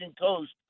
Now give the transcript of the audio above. coast